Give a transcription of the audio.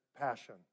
passion